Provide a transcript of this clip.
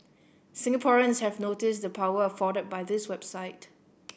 Singaporeans have noticed the power afforded by this website